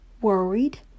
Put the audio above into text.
worried